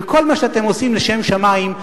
וכל מה שאתם עושים לשם שמים,